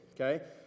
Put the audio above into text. okay